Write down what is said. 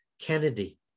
Kennedy